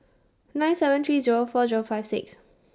nine seven three Zero four Zero five six